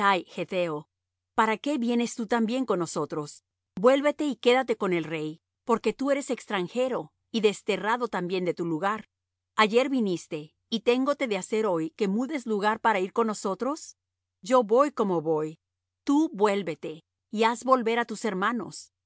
para qué vienes tú también con nosotros vuélvete y quédate con el rey porque tú eres extranjero y desterrado también de tu lugar ayer viniste y téngote de hacer hoy que mudes lugar para ir con nosotros yo voy como voy tú vuélvete y haz volver á tus hermanos